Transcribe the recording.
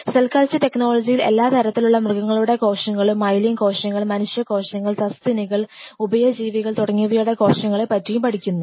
cell culture ടെക്നോളജിയിൽ എല്ലാ തരത്തിലുള്ള മൃഗങ്ങളുടെ കോശങ്ങളും മൈലിൻ കോശങ്ങൾ മനുഷ്യ കോശങ്ങൾ സസ്തിനികൾ ഉഭയജീവികൾ തുടങ്ങിയവയുടെ കോശങ്ങളെ പറ്റിയും പഠിക്കുന്നു